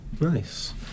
Nice